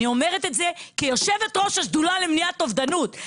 אני אומרת את זה כיושבת ראש השדולה למניעת אובדנות.